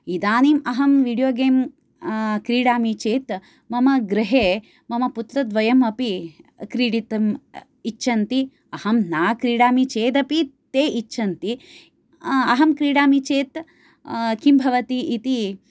इदानीम् अहं video game क्रीडामि चेत् मम गृहे मम पुत्रद्वयमपि क्रीडितुम् इच्छन्ति अहं न क्रीडामि चेदपि ते इच्छन्ति अहं क्रीडामि चेत् किं भवति इति